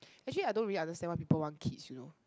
actually I don't really understand why people want kids you know